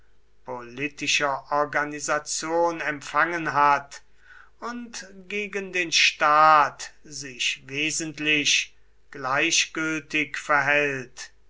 politischer organisation empfangen hat und gegen den staat sich wesentlich gleichgültig verhält